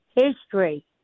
history